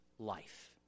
life